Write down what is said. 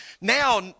now